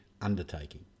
undertaking